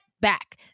back